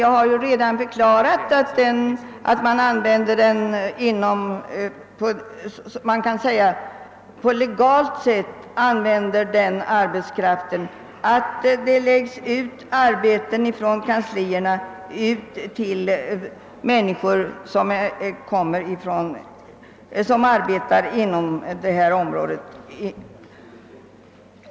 Men jag har redan förklarat att man använder denna arbetskraft på ett så att säga legalt sätt bl..a. genom att lägga ut arbetet till de personer som arbetar inom godkända områden.